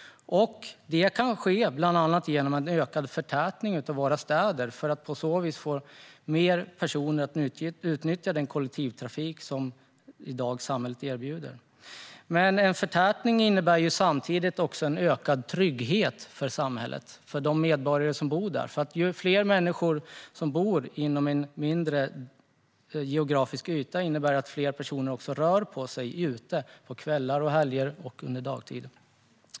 Det kan bland annat ske genom ökad förtätning av våra städer. På så vis utnyttjar fler personer den kollektivtrafik som samhället erbjuder i dag. Förtätning innebär samtidigt ökad trygghet för medborgarna. Ju fler personer som bor på en mindre geografisk yta, desto fler rör på sig och är ute på kvällar och helger samt dagtid.